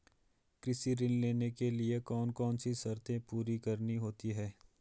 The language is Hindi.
कृषि ऋण लेने के लिए कौन कौन सी शर्तें पूरी करनी होती हैं?